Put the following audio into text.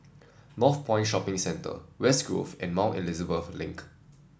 Northpoint Shopping Centre West Grove and Mount Elizabeth Link